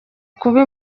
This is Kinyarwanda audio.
kuba